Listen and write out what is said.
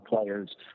players